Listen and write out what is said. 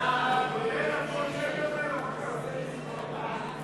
ההסתייגות של קבוצת סיעת העבודה,